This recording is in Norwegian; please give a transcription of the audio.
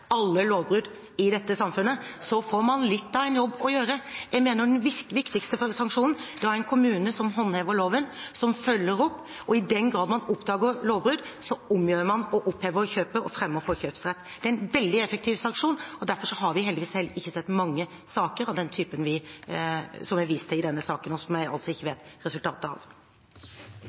alle lovbrudd i dette samfunnet, får man litt av en jobb å gjøre. Jeg mener at den viktigste sanksjonen vil være en kommune som håndhever loven, som følger opp, og i den grad man oppdager lovbrudd, omgjør man og opphever kjøpet og fremmer forkjøpsrett. Det er en veldig effektiv sanksjon. Derfor har vi heldigvis ikke sett mange saker av den typen det er vist til i denne saken, og som jeg altså ikke vet resultatet av.